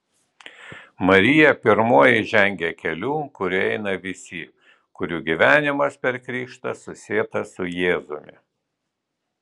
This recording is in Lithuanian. marija pirmoji žengia keliu kuriuo eina visi kurių gyvenimas per krikštą susietas su jėzumi